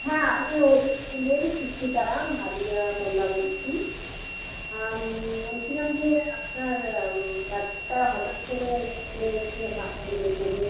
হ্যাঁ আমি ওর স্কুলের শিক্ষিকা মাদিয়া মোল্লা বলছি বলছিলাম যে আপনার বাচ্চাটা হঠাৎ করে স্কুলে এসে মাথা ঘুরে পড়ে